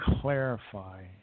clarify